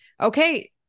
okay